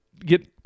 get